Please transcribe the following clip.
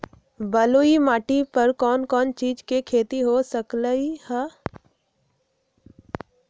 बलुई माटी पर कोन कोन चीज के खेती हो सकलई ह?